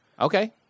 Okay